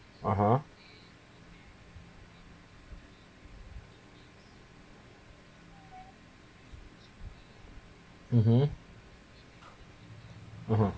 (uh huh) mmhmm mmhmm